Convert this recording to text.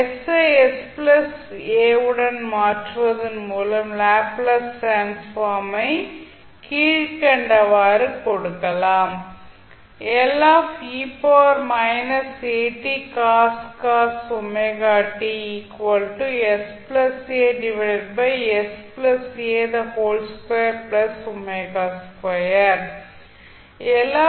ஐ உடன் மாற்றுவதன் மூலம் லேப்ளேஸ் டிரான்ஸ்ஃபார்ம் ஐ கீழ்கண்டவாறு கொடுக்கலாம்